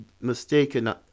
mistaken